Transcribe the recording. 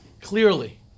clearly